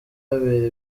habera